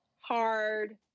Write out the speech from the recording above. hard